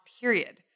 period